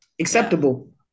Acceptable